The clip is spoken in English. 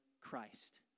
Christ